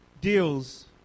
deals